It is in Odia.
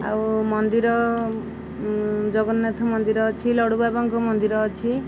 ଆଉ ମନ୍ଦିର ଜଗନ୍ନାଥ ମନ୍ଦିର ଅଛି ଲଡ଼ୁବାବାଙ୍କ ମନ୍ଦିର ଅଛି